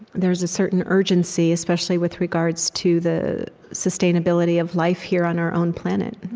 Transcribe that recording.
there is a certain urgency, especially with regards to the sustainability of life here on our own planet.